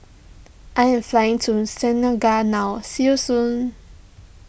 I am flying to Senegal now see you soon